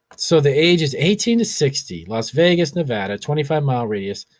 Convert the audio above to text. so, the age is eighteen to sixty, las vegas, nevada, twenty five mile radius.